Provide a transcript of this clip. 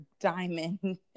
diamond